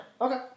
Okay